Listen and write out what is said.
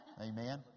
Amen